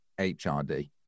HRD